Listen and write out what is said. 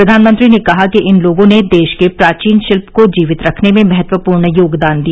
प्रधानमंत्री ने कहा कि इन लोगों ने देश के प्राचीन शिल्प को जीवित रखने में महत्वपूर्ण योगदान दिया